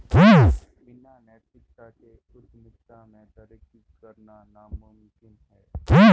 बिना नैतिकता के उद्यमिता में तरक्की करना नामुमकिन है